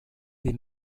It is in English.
did